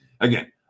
Again